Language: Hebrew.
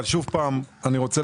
אבל שוב פעם אני רוצה